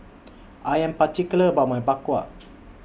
I Am particular about My Bak Kwa